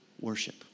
worship